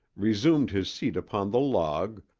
resumed his seat upon the log,